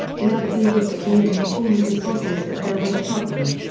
the other believed that he had informed his bosses that there was a problem.